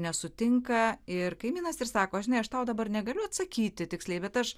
nesutinka ir kaimynas ir sako žinai aš tau dabar negaliu atsakyti tiksliai bet aš